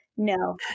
No